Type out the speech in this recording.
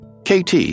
KT